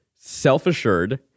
self-assured